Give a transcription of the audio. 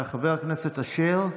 חבר הכנסת אשר,